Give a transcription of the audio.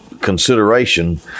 consideration